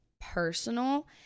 personal